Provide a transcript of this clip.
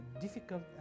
difficult